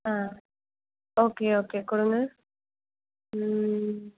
ஆ okay okay கொடுங்க